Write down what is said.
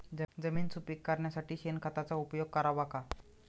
जमीन सुपीक करण्यासाठी शेणखताचा उपयोग करावा का?